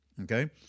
Okay